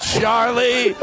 Charlie